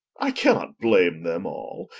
i cannot blame them all,